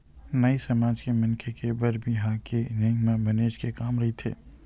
नाई समाज के मनखे के बर बिहाव के नेंग म बनेच के काम रहिथे